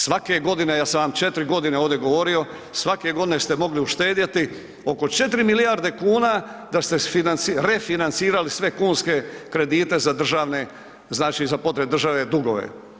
Svake godine, jel sam vam 4.g. ovdje govorio, svake godine ste mogli uštedjeti oko 4 milijarde kuna da ste refinancirali sve kunske kredite za državne, znači za potrebe države dugove.